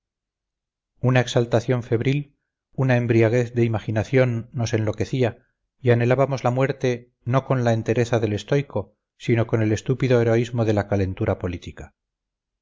una exaltación febril una embriaguez de imaginación nos enloquecía y anhelábamos la muerte no con la entereza del estoico sino con el estúpido heroísmo de la calentura política